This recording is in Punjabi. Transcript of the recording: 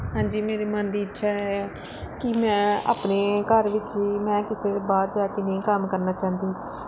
ਹਾਂਜੀ ਮੇਰੇ ਮਨ ਦੀ ਇੱਛਾ ਹੈ ਕਿ ਮੈਂ ਆਪਣੇ ਘਰ ਵਿੱਚ ਹੀ ਮੈਂ ਕਿਸੇ ਬਾਹਰ ਜਾ ਕੇ ਨਹੀਂ ਕੰਮ ਕਰਨਾ ਚਾਹੁੰਦੀ